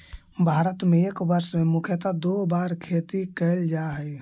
भारत में एक वर्ष में मुख्यतः दो बार खेती कैल जा हइ